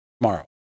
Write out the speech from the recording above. tomorrow